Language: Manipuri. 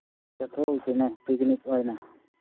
ꯆꯠꯊꯣꯛꯎꯁꯤꯅꯦ ꯄꯤꯛꯀꯤꯅꯤꯛ ꯑꯣꯏꯅ